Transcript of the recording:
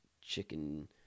chicken